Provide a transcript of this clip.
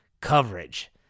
coverage